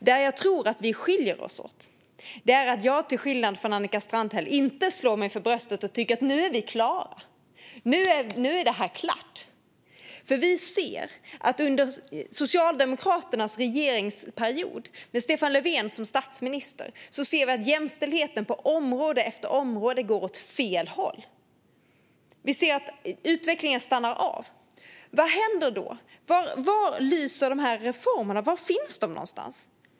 Där jag tror att vi skiljer oss åt är att jag, till skillnad från Annika Strandhäll, inte slår mig för bröstet och tycker att nu är vi klara, att nu är det här klart. Under Socialdemokraternas regeringsperiod med Stefan Löfven som statsminister ser vi att jämställdheten på område efter område går åt fel håll, att utvecklingen stannar av. Vad händer då? Var lyser de här reformerna? Var finns de någonstans?